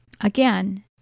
Again